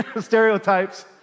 stereotypes